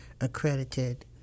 accredited